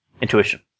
Intuition